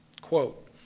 quote